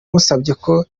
gutanga